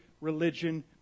religion